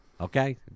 Okay